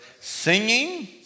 singing